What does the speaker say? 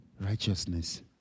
righteousness